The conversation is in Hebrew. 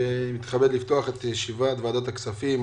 אני מתכבד לפתוח את ישיבת ועדת הכספים.